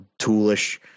toolish